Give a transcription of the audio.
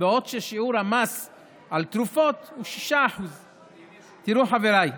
בעוד שיעור המס על תרופות הוא 6%. תראו, חבריי,